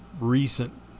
recent